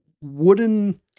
wooden